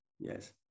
Yes